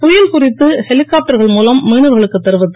புயல் குறித்து ஹெலிகாப்டர்கள் மூலம் மீனவர்களுக்கு தெரிவித்து